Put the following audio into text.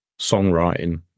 songwriting